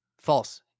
False